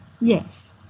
Yes